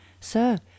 Sir